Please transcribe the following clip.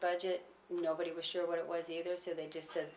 budget nobody was sure what it was either so they just said